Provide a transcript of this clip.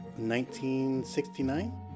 1969